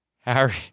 Harry